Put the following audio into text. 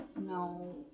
No